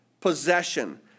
possession